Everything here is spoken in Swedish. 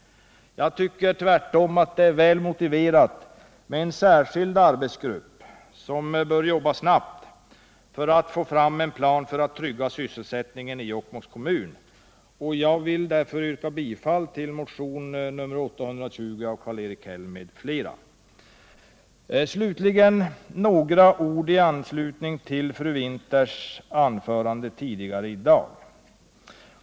Det är tvärtom väl motiverat med en särskild arbetsgrupp, som bör arbeta snabbt med att få fram en plan för att trygga sysselsättningen i Jokkmokks kommun. Slutligen några ord i anslutning till fru Winthers anförande tidigare i dag.